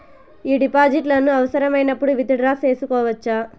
ఈ డిపాజిట్లను అవసరమైనప్పుడు విత్ డ్రా సేసుకోవచ్చా?